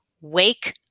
Wake